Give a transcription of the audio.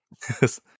Yes